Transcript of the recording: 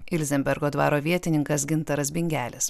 ilzenbergo dvaro vietininkas gintaras bingelis